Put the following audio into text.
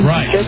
Right